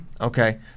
Okay